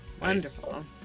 wonderful